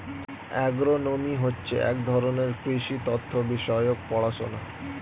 agronomy হচ্ছে এক ধরনের কৃষি তথ্য বিষয়ক পড়াশোনা